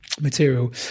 material